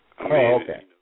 Okay